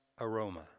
aroma